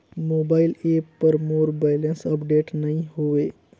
mobile app पर मोर balance update नई हवे